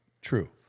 True